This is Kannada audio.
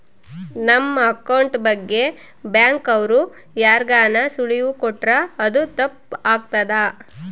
ನಮ್ ಅಕೌಂಟ್ ಬಗ್ಗೆ ಬ್ಯಾಂಕ್ ಅವ್ರು ಯಾರ್ಗಾನ ಸುಳಿವು ಕೊಟ್ರ ಅದು ತಪ್ ಆಗ್ತದ